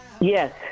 Yes